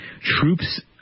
troops